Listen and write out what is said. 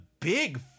big